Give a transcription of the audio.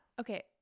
Okay